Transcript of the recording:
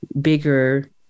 bigger